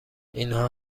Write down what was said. اینها